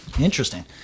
Interesting